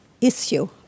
issue